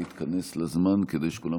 להתכנס לזמן כדי שכולם